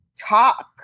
talk